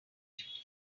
beautiful